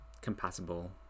compatible